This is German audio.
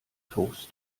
toast